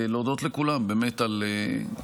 להודות לכולם על אחדות,